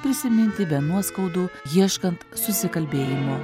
prisiminti be nuoskaudų ieškant susikalbėjimo